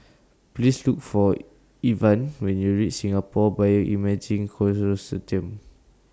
Please Look For Evan when YOU REACH Singapore Bioimaging